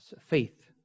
faith